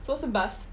什么是 bust